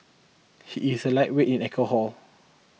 he is a lightweight in alcohol